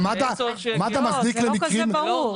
גם מד"א מזניק למקרים -- זה לא כזה ברור,